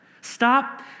Stop